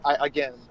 again